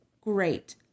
Great